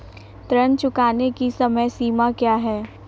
ऋण चुकाने की समय सीमा क्या है?